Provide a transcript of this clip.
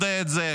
יודע את זה,